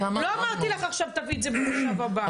לא אמרתי לך עכשיו שנביא את זה במושב הבא.